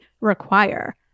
require